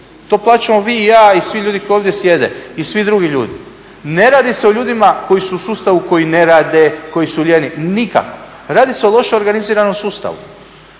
To plaćamo vi i ja i svi ljudi koji ovdje sjede i svi drugi ljudi. Ne radi se o ljudima koji su u sustavu, koji ne rade, koji su lijeni, nikako. Radi se o loše organiziranom sustavu.